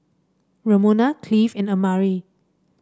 Ramona Cleave and Amari